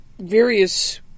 various